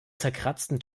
zerkratzten